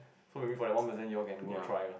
so maybe for the one percent you all can go try lah